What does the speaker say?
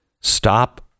Stop